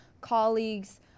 colleagues